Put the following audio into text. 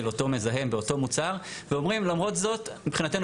אותו מזהם באותו מוצר ואומרים למרות זאת מבחינתנו